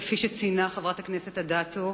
כפי שציינה חברת הכנסת אדטו,